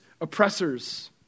oppressors